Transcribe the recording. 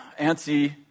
antsy